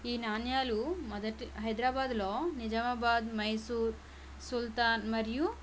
ఈ నాణేలు మొదట హైదరాబాదులో నిజామాబాద్ మైసూర్ సుల్తాన్ మరియు